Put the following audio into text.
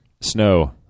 Snow